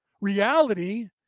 Reality